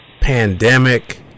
pandemic